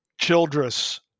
Childress